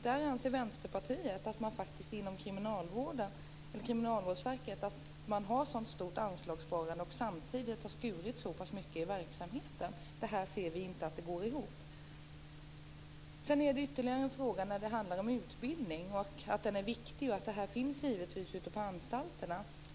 Där anser Vänsterpartiet att Kriminalvårdsverket har ett så stort anslagssparande och samtidigt har skurit så pass mycket i verksamheten att det inte går ihop. Sedan har jag ytterligare en fråga som handlar om utbildning. Det är viktigt att den finns ute på anstalterna.